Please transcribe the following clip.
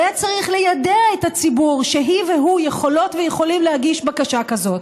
והיה צריך ליידע את הציבור שהיא והוא יכולות ויכולים להגיש בקשה כזאת.